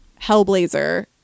hellblazer